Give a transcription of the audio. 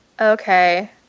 Okay